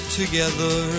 together